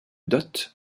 dot